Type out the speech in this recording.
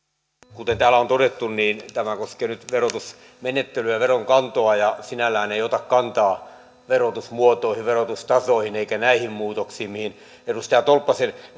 kuten täällä on todettu tämä koskee nyt verotusmenettelyä ja veronkantoa ja sinällään ei ota kantaa verotusmuotoihin verotustasoihin eikä näihin muutoksiin mihin edustaja tolppasen